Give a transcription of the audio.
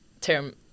term